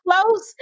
close